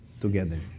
together